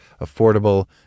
affordable